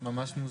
ממש מוזר.